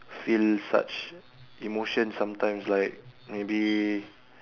feel such emotions sometimes like maybe